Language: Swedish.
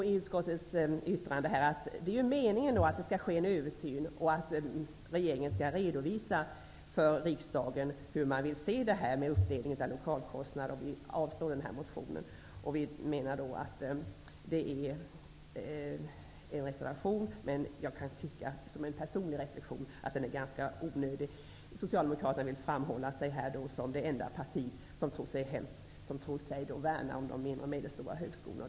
I utskottets yttrande säger vi att meningen är att en översyn skall ske och att regeringen för riksdagen skall redovisa hur man vill ha uppdelningen av lokalkostnader, och vi avslår denna reservation. Det är en reservation, som enligt min personliga reflexion är ganska onödig. Socialdemokraterna vill här framhålla sig som det enda parti som värnar om de mindre och medelstora högskolorna.